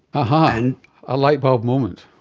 a-ha, and a lightbulb moment.